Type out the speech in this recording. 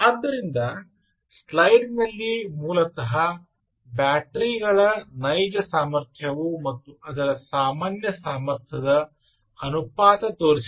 ಆದ್ದರಿಂದ ಸ್ಲೈಡಿನಲ್ಲಿ ಮೂಲತಃ ಬ್ಯಾಟರಿಗಳ ನೈಜ ಸಾಮರ್ಥ್ಯವು ಮತ್ತು ಅದರ ಸಾಮಾನ್ಯ ಸಾಮರ್ಥ್ಯದ ಅನುಪಾತ ತೋರಿಸಿದೆ